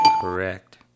Correct